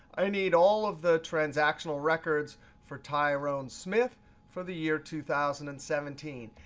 i need all of the transactional records for tyrone smithe for the year two thousand and seventeen.